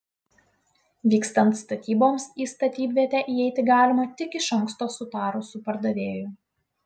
vykstant statyboms į statybvietę įeiti galima tik iš anksto sutarus su pardavėju